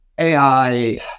AI